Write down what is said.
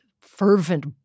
fervent